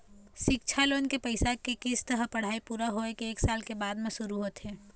सिक्छा लोन के पइसा के किस्त ह पढ़ाई पूरा होए के एक साल के बाद म शुरू होथे